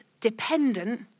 dependent